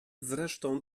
zresztą